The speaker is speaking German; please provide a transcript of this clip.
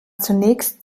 zunächst